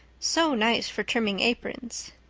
so nice for trimming aprons.